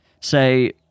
say